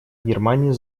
германии